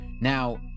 Now